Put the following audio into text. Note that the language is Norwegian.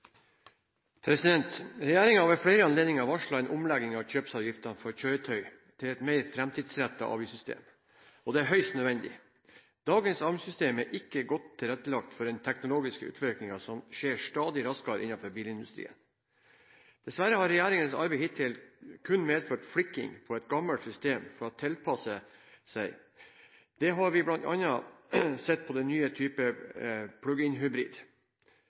har ved flere anledninger varslet en omlegging av kjøpsavgiften for kjøretøy til et mer framtidsrettet avgiftssystem, og det er høyst nødvendig. Dagens avgiftssystem er ikke godt tilrettelagt for den teknologiske utviklingen som skjer stadig raskere innenfor bilindustrien. Dessverre har regjeringens arbeid hittil kun medført flikking på et gammelt system for å tilpasse seg. Det har vi bl.a. sett på den nye